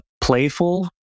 Playful